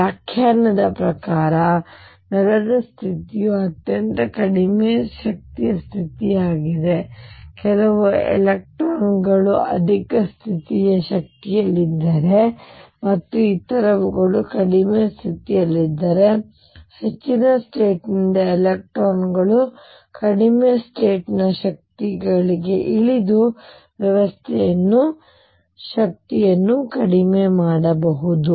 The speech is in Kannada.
ವ್ಯಾಖ್ಯಾನದ ಪ್ರಕಾರ ನೆಲದ ಸ್ಥಿತಿಯು ಅತ್ಯಂತ ಕಡಿಮೆ ಶಕ್ತಿಯ ಸ್ಥಿತಿಯಾಗಿದೆ ಕೆಲವು ಎಲೆಕ್ಟ್ರಾನ್ಗಳು ಅಧಿಕ ಸ್ಥಿತಿಯ ಶಕ್ತಿಯಲ್ಲಿದ್ದರೆ ಮತ್ತು ಇತರವುಗಳು ಕಡಿಮೆ ಸ್ಥಿತಿಯಲ್ಲಿದ್ದರೆ ಹೆಚ್ಚಿನ ಸ್ಟೇಟ್ ನಿಂದ ಎಲೆಕ್ಟ್ರಾನ್ಗಳು ಕಡಿಮೆ ಸ್ಟೇಟ್ ನ ಶಕ್ತಿಗೆ ಇಳಿದು ವ್ಯವಸ್ಥೆಯ ಶಕ್ತಿಯನ್ನು ಕಡಿಮೆ ಮಾಡಬಹುದು